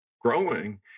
growing